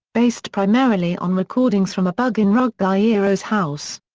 based primarily on recordings from a bug in ruggiero's house.